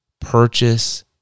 Purchase